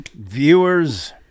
viewers